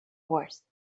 horse